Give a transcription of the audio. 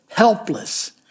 helpless